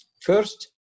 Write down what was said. First